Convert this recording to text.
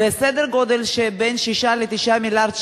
וסדר-גודל של בין 6 ל-9 מיליארד שקלים,